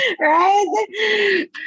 Right